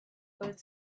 both